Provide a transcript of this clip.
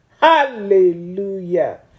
Hallelujah